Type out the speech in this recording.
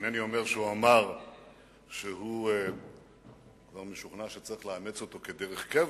אינני אומר שהוא אמר שהוא כבר משוכנע שצריך לאמץ אותו כדרך קבע,